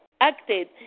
acted